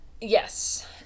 Yes